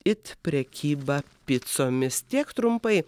it prekyba picomis tiek trumpai